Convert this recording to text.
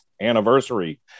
anniversary